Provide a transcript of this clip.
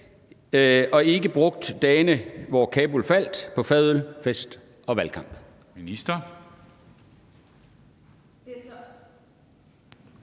og ikke brugt dagene, hvor Kabul faldt, på fadøl, fest og valgkamp?